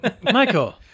Michael